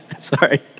Sorry